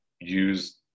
use